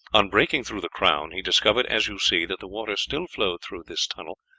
on breaking through the crown he discovered, as you see, that the water still flowed through this tunnel,